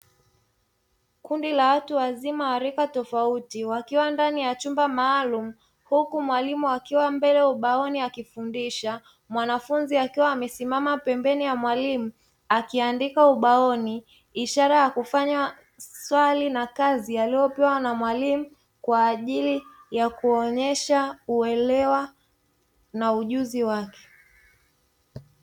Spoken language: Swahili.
Kundi la watu wazima wa rika tofauti wakiwa ndani ya chumba maalumu huku mwalimu akiwa mbele ubaoni akifundisha, mwanafunzi akiwa amesisima pembeni ya mwalimu akiandika ubaoni ishara ya kufanya swali na kazi aliyopewa na mwalimu kwa ajili ya kuonyesha uelewa na ujuzi wake.